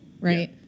right